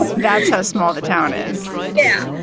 ah that's how small the town is. yeah.